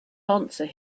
answer